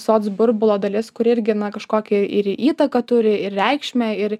socburbulo dalis kuri irgi kažkokią ir įtaką turi ir reikšmę ir